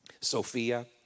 Sophia